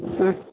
ഉം